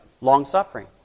Long-suffering